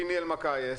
פיני אלמקייס,